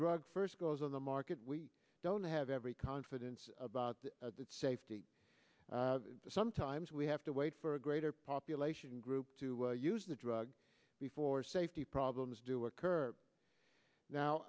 drug first goes on the market we don't have every confidence about its safety sometimes we have to wait for a greater population group to use the drug before safety problems do occur now